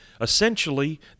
Essentially